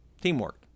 teamwork